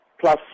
plus